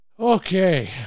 Okay